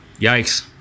Yikes